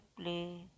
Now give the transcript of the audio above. play